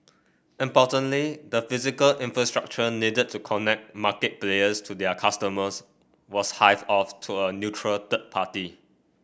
importantly the physical infrastructure needed to connect market players to their customers was hived off to a neutral third party